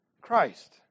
Christ